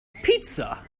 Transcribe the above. pizza